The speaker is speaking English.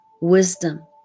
wisdom